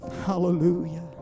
Hallelujah